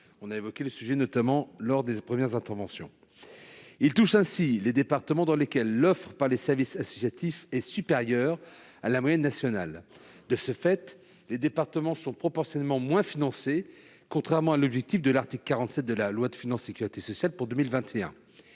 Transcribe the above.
été évoqué notamment lors des premières interventions. Ce plafonnement touche ainsi les départements dans lesquels l'offre des services associatifs est supérieure à la moyenne nationale. De ce fait, les départements sont proportionnellement moins financés, contrairement à l'objectif de l'article 47 de la loi de financement de la sécurité sociale pour 2021.